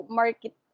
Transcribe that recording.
market